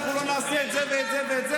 אנחנו לא נעשה את זה ואת זה ואת זה?